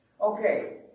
Okay